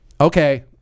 okay